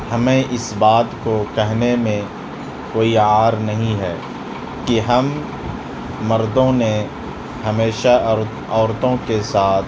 ہمیں اس بات کو کہنے میں کوئی عار نہیں ہے کہ ہم مردوں نے ہمیشہ عورتوں کے ساتھ